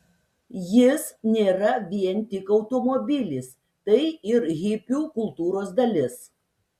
jis nėra vien tik automobilis tai ir hipių kultūros dalis